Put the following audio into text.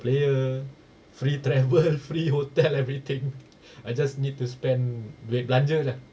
player free travel free hotel everything I just need to spend duit belanja lah